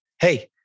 hey